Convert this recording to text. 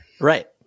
Right